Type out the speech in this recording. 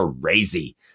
crazy